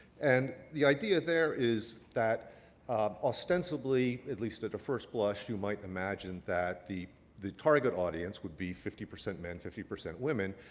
and the idea there is that ostensibly, at least at a first blush, you might imagine that the the target audience would be fifty percent men, fifty percent women.